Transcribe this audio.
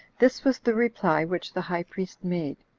this was the reply which the high priest made.